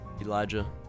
Elijah